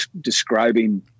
describing